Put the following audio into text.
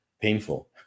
painful